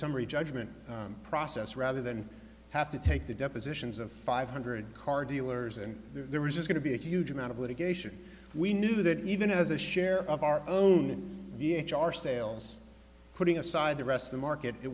summary judgment process rather than have to take the depositions of five hundred car dealers and there is going to be a huge amount of litigation we knew that even as a share of our own and d h our sales putting aside the rest of the market it